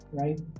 right